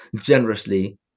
generously